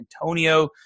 Antonio